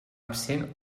absent